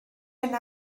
yna